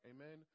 Amen